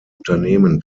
unternehmen